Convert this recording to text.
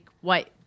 white